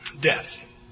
death